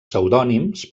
pseudònims